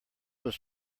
was